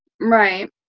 right